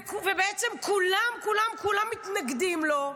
ובעצם כולם כולם כולם מתנגדים לו,